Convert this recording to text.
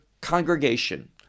congregation